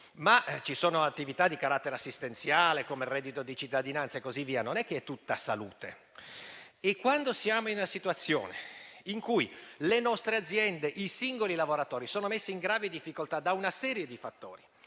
di erogazioni di carattere assistenziale, come il reddito di cittadinanza, non è che sia tutta salute. Siamo in una situazione in cui le nostre aziende e i singoli lavoratori sono messi in gravi difficoltà da una serie di fattori,